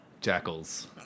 Jackals